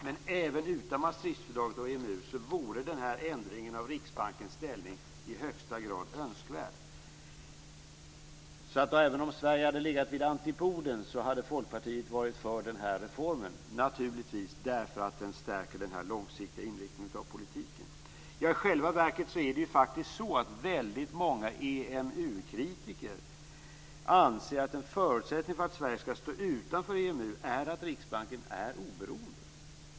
Men även utan Maastrichtfördraget och EMU vore den här ändringen av Riksbankens ställning i högsta grad önskvärd. Även om Sverige hade legat vid antipoden hade Folkpartiet naturligtvis varit för den här reformen, därför att den stärker den långsiktiga inriktningen av politiken. I själva verket anser faktiskt väldigt många EMU-kritiker att en förutsättning för att Sverige skall stå utanför EMU är att Riksbanken är oberoende.